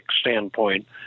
standpoint